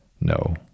No